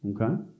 Okay